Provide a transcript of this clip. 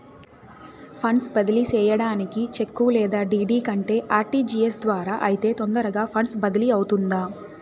funds బదిలీ సేయడానికి cheque లేదా డీ.డీ కంటే ఆర్.టి.జి.ఎస్ ద్వారా అయితే తొందరగా ఫండ్స్ బదిలీ అవుతుందా